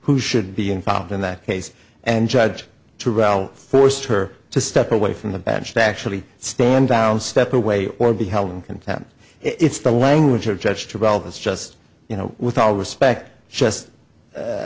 who should be involved in that case and judge to raul forced her to step away from the bench to actually stand down step away or be held in contempt it's the language of judge develop it's just you know with all respect just